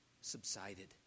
subsided